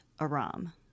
Aram